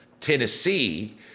Tennessee